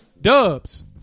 Dubs